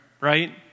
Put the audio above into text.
right